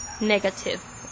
negative